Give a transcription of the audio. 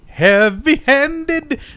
Heavy-handed